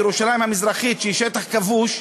מירושלים המזרחית שהיא שטח כבוש,